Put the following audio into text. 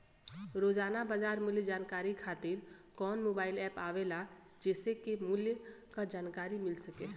रोजाना बाजार मूल्य जानकारी खातीर कवन मोबाइल ऐप आवेला जेसे के मूल्य क जानकारी मिल सके?